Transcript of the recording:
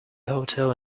hotel